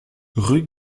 rue